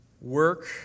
work